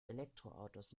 elektroautos